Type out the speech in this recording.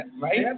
right